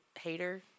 hater